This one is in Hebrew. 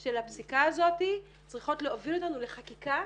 של הפסיקה הזאת צריכות להוביל אותנו לחקיקה.